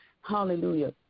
Hallelujah